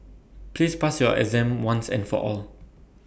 please pass your exam once and for all